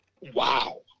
Wow